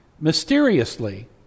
Mysteriously